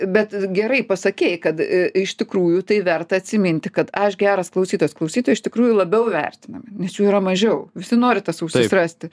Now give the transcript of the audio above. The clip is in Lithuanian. bet gerai pasakei kad iš tikrųjų tai verta atsiminti kad aš geras klausytojas klausytojai iš tikrųjų labiau vertinami nes jų yra mažiau visi nori tas ausis rasti